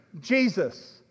Jesus